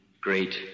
great